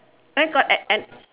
I got and and